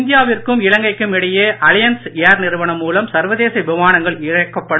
இந்தியாவிற்கும் இலங்கைக்கும் இடையே அலையன்ஸ் ஏர் நிறுனம் மூலம் சர்வதேச விமானங்கள் இயக்கப்படும்